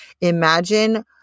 Imagine